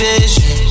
Vision